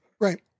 Right